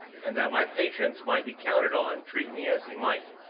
and that my patience might be counted on, treat me as he might.